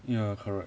ya correct